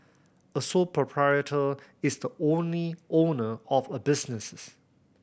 a sole proprietor is the only owner of a businesses